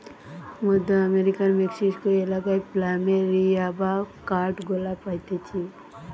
মধ্য আমেরিকার মেক্সিকো এলাকায় প্ল্যামেরিয়া বা কাঠগোলাপ পাইতিছে